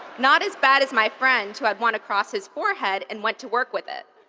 not as bad as my friend who had one across his forehead and went to work with it.